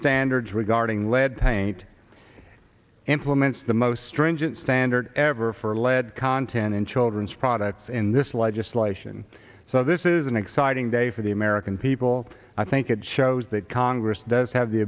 standards regarding lead paint implements the most stringent standards ever for lead content in children's products in this legislation so this is an exciting day for the american people i think it shows that congress does have the